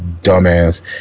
dumbass